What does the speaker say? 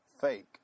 fake